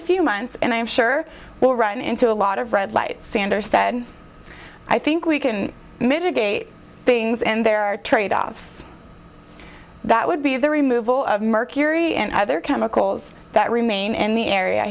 a few months and i'm sure we'll run into a lot of red lights sanders said i think we can mitigate things and there are tradeoffs that would be the removal of mercury and other chemicals that remain in the area